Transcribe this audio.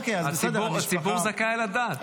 הציבור זכאי לדעת.